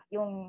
Yung